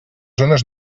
zones